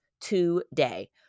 today